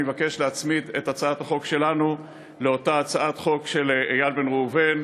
אני מבקש להצמיד את הצעת החוק שלנו לאותה הצעת חוק של איל בן ראובן,